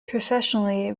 professionally